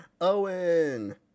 Owen